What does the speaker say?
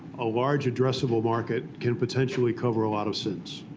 a large addressable market can potentially cover a lot of sins.